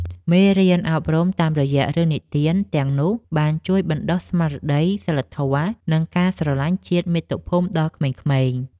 មេរៀនអប់រំតាមរយៈរឿងនិទានទាំងនោះ បានជួយបណ្ដុះស្មារតីសីលធម៌ និងការស្រឡាញ់ជាតិមាតុភូមិដល់ក្មេងៗ។